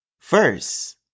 first